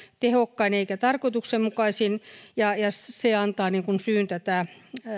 tehokkain eikä tarkoituksenmukaisin ja se antaa syyn tätä